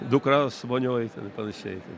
dukras vonioj ten panašiai